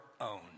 own